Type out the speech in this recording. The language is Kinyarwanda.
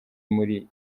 muri